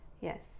yes